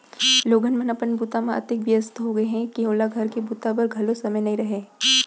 लोगन मन अपन बूता म अतेक बियस्त हो गय हें के ओला घर के बूता बर घलौ समे नइ रहय